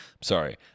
sorry